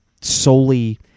solely